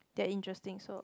that interesting so